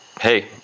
Hey